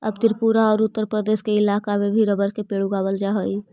अब त्रिपुरा औउर उत्तरपूर्व के इलाका में भी रबर के पेड़ उगावल जा हई